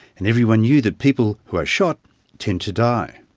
and everyone knew that people who are shot tend to die.